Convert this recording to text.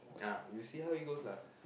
we'll see how it goes lah